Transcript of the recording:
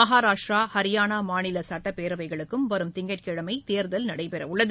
மகாராஷ்டிரா ஹரியானா மாநில சட்டப்பேரவைகளுக்கும் வரும் திங்கட்கிழமை தேர்தல் நடைபெறவுள்ளது